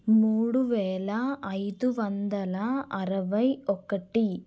మూడు వేల ఐదు వందల అరవై ఒకటి